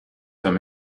them